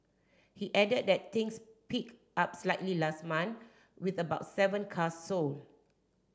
he added that things picked up slightly last month with about seven cars sold